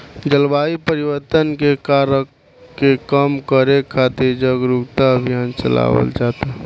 जलवायु परिवर्तन के कारक के कम करे खातिर जारुकता अभियान चलावल जाता